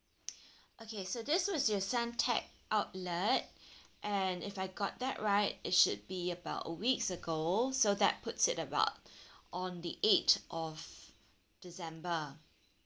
okay so this was your suntec outlet and if I got that right it should be about a weeks ago so that puts it about on the eight of december